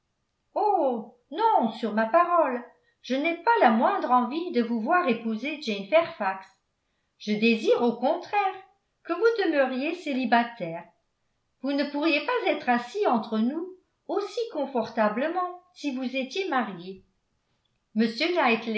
oh non sur ma parole je n'ai pas la moindre envie de vous voir épouser jane fairfax je désire au contraire que vous demeuriez célibataire vous ne pourriez pas être assis entre nous aussi confortablement si vous étiez marié